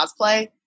cosplay